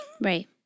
Right